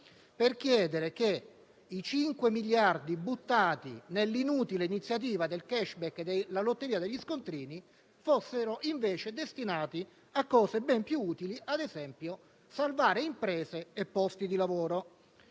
per chiedere che i 5 miliardi buttati nell'inutile iniziativa del *cashback* e della lotteria degli scontrini fossero invece destinati a cose ben più utili, ad esempio a salvare imprese e posti di lavoro.